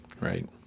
Right